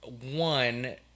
One